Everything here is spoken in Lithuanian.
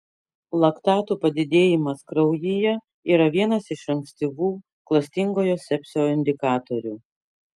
laktatų padidėjimas kraujyje yra vienas iš ankstyvų klastingojo sepsio indikatorių